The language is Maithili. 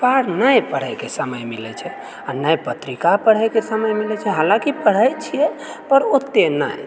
अखबार नहि पढ़एके समय मिलैत छै नहि पत्रिका पढ़एके समय मिलै छै हलाँकि पढ़ैए छिऐ पर ओते नहि